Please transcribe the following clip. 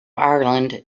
ireland